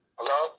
Hello